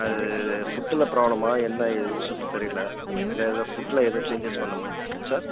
அது ஃபுட்டில் ப்ராப்ளமா என்ன ஏதுன்னு சொல்லிட்டுத் தெரியலை இல்லை ஏதா ஃபுட்டில் எதுவும் சேஞ்சஸ் பண்ணணுமா சார்